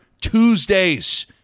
Tuesdays